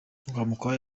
rwamukwaya